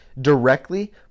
directly